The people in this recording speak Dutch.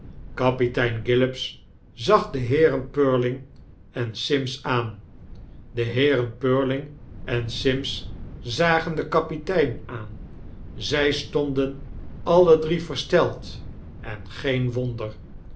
kapitein gillops zag de heeren purling en sims aan de heeren purling en sims zagen den kapitein aan zij stonden alle drie versteld en geen wonder